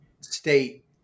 state